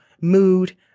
mood